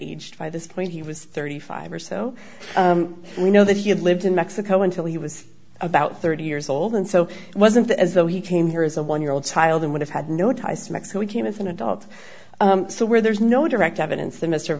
aged by this point he was thirty five or so we know that he had lived in mexico until he was about thirty years old and so it wasn't as though he came here is a one year old child and would have had no ties to mexico he came as an adult so where there's no direct evidence